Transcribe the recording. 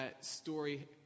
story